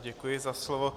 Děkuji za slovo.